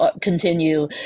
continue